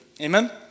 Amen